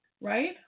Right